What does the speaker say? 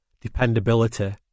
Dependability